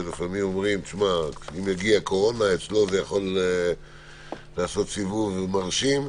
שאומרים שאם יחלה בקורונה אצלו זה יכול לעשות סיבוב מרשים.